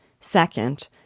Second